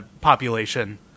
population